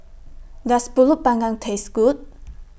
Does Pulut Panggang Taste Good